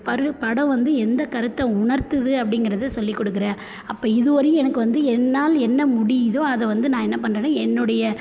பரு படம் வந்து எந்த கருத்தை உணர்த்துது அப்படிங்கிறத சொல்லி கொடுக்குறேன் அப்போ இதுவரையும் எனக்கு வந்து என்னால் என்ன முடியுதோ அதை வந்து நான் என்ன பண்ணுறேன்னா என்னுடைய